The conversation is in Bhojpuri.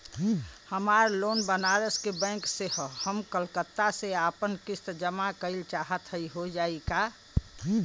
हमार लोन बनारस के बैंक से ह हम कलकत्ता से आपन किस्त जमा कइल चाहत हई हो जाई का?